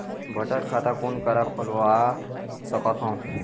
बचत खाता कोन करा खुलवा सकथौं?